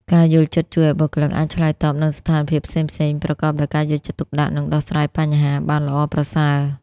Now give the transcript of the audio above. ការយល់ចិត្តជួយឱ្យបុគ្គលិកអាចឆ្លើយតបនឹងស្ថានភាពផ្សេងៗប្រកបដោយការយកចិត្តទុកដាក់ និងដោះស្រាយបញ្ហាបានល្អប្រសើរ។